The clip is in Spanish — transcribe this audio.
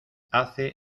hace